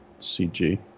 CG